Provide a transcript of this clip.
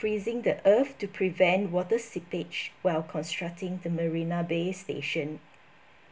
freezing the earth to prevent water seepage while constructing the marina bay station